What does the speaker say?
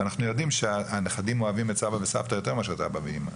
אנחנו יודעים שהנכדים אוהבים את סבא וסבתא יותר מאשר את אבא ואמא,